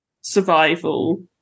survival